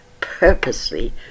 purposely